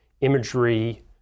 imagery